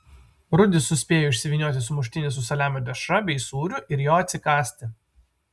rudis suspėjo išsivynioti sumuštinį su saliamio dešra bei sūriu ir jo atsikąsti